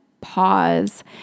pause